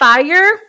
Fire